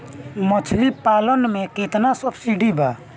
मछली पालन मे केतना सबसिडी बा?